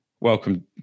Welcome